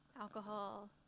Alcohol